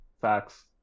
facts